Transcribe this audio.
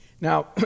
Now